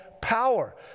power